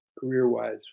career-wise